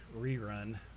rerun